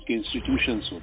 institutions